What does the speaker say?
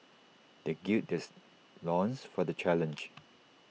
they gird theirs loins for the challenge